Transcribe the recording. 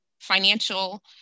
financial